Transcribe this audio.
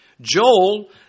Joel